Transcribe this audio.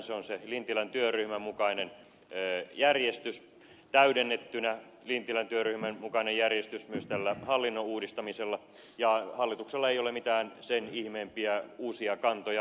se on se lintilän työryhmän mukainen järjestys täydennettynä myös tällä hallinnon uudistamisella ja hallituksella ei ole mitään sen ihmeempiä uusia kantoja